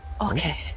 Okay